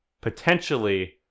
potentially